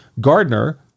Gardner